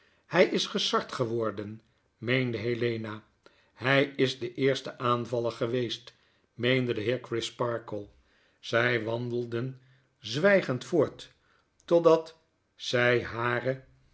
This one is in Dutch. hj is gesard geworden meende helena hg is de eerste aanvaller geweest meende de heer crisparkle zg wandelcten zwggend voort totdat zg hare